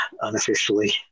unofficially